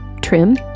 trim